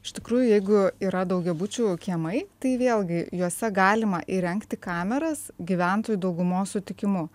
iš tikrųjų jeigu yra daugiabučių kiemai tai vėlgi juose galima įrengti kameras gyventojų daugumos sutikimu